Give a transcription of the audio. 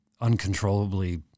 uncontrollably